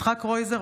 יצחק קרויזר,